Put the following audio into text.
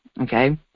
okay